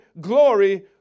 glory